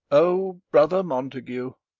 o brother montague,